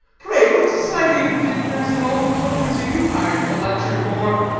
pray, what society of vintners and old topers are you hired to lecture for?